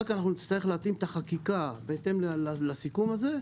אנחנו נצטרך רק להתאים את החקיקה בהתאם לסיכום הזה.